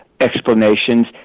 explanations